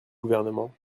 gouvernement